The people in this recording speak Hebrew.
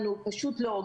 תודה.